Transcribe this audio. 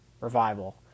Revival